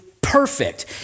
perfect